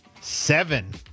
Seven